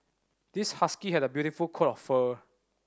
this husky had a beautiful coat of fur